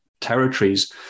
territories